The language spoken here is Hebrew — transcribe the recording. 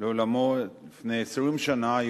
לעולמו היום לפני 20 שנה,